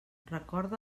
recorda